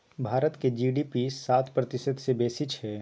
भारतक जी.डी.पी सात प्रतिशत सँ बेसी छै